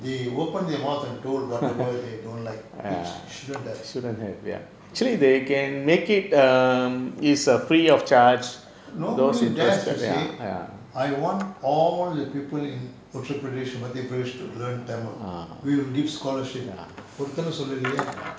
they open their mouths and told whatever they don't like which shouldn't have nobody dares to say I want all the people in uttar pradesh mathiya pradesh to learn tamil we will give scholarships ஒருத்தனும் சொல்லல்லியே:oruthanum sollalliyae